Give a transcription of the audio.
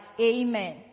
Amen